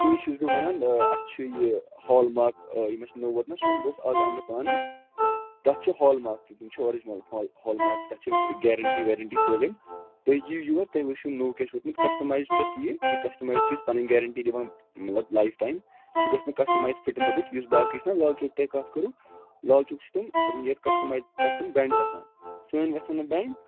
تی چھُس بہٕ ونان اَسہِ چھِ یہِ ہال ماک یِم اَسہِ نوٚو ووت نَہ سۄن بہٕ اوس آز اَننہِ پانہٕ تَتھ چھِ ہال ماک تہٕ تِم چھِ آرِجنَل ہال ہال ماک تَتھ چھِ گیرَٮ۪نٹی ویرٮ۪نٹی سٲلِم تُہۍ یِیِو یور تُہۍ وٕچھِو نوٚو کیٛاہ چھِ ووتمُت کسٹٕمایِز چھِ اَسہِ یہِ کہِ کسٹَمایِڈ چھِ أسۍ پَنٕنۍ گیرَٮ۪نٹی دِوان مطلب لایِف ٹایِم سُہ گژھِ نہٕ کسٹٕمایِز پھٕٹٕنۍ تَتٮ۪تھ یُس باقٕے چھُ نَہ لال چوک تۄہہِ کَتھ کٔرٕو لال چوک چھِ تٕم تٕم ییٚتہِ کسٹَمایِز پَتہٕ تِم بٮ۪نٛڈ گژھان سٲنۍ گژھَن نہٕ بٮ۪نٛڈ